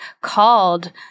called